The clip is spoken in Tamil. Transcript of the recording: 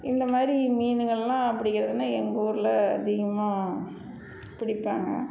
இந்தமாதிரி மீன்கள்லாம் பிடிக்கிறதுன்னா எங்கள் ஊரில் அதிகமாக பிடிப்பாங்க